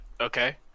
Okay